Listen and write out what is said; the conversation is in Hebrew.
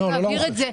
לא לרוכש.